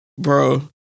Bro